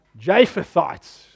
Japhethites